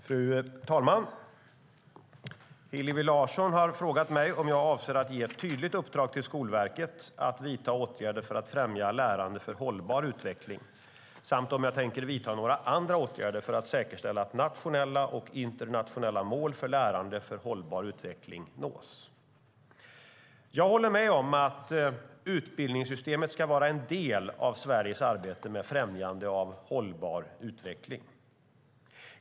Fru talman! Hillevi Larsson har frågat mig om jag avser att ge ett tydligt uppdrag till Skolverket att vidta åtgärder för att främja lärande för hållbar utveckling samt om jag tänker vidta några andra åtgärder för att säkerställa att nationella och internationella mål för lärande för hållbar utveckling nås. Jag håller med om att utbildningssystemet ska vara en del av Sveriges arbete med främjande av hållbar utveckling.